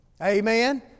Amen